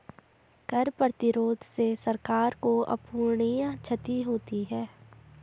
कर प्रतिरोध से सरकार को अपूरणीय क्षति होती है